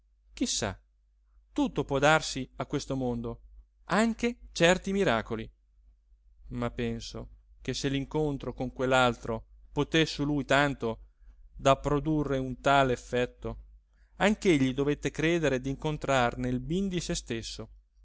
sa tutto può darsi a questo mondo anche certi miracoli ma penso che se l'incontro con quell'altro poté su lui tanto da produrre un tale effetto anch'egli dovette credere d'incontrar nel bindi se stesso